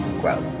growth